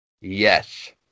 Yes